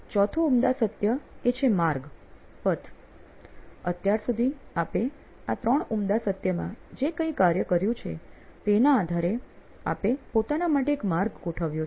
ચોથું ઉમદા સત્ય એ છે "માર્ગ" પથ અત્યાર સુધી આપે આ ત્રણ ઉમદા સત્યમાં જે કંઈ કાર્ય કર્યું છે તેના આધારે આપે પોતાના માટે એક માર્ગ ગોઠવ્યો છે